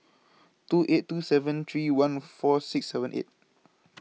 two eight two seven three one four six seven eight